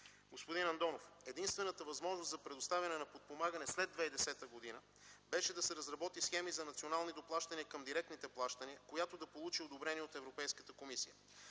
Господин Андонов, единствената възможност за предоставяне на подпомагане след 2010 г. беше да се разработи схема за национални доплащания към директните плащания, която да получи одобрение от Европейската комисия.